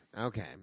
Okay